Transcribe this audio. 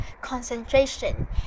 concentration